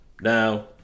Now